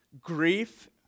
grief